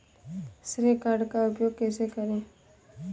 श्रेय कार्ड का उपयोग कैसे करें?